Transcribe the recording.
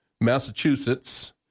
Massachusetts